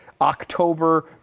October